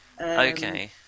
Okay